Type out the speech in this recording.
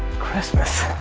christmas.